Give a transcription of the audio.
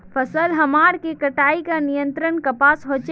फसल हमार के कटाई का नियंत्रण कपास होचे?